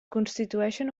constitueixen